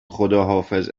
خداحافظ